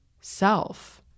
self